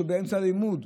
שבאמצע הלימוד.